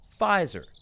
Pfizer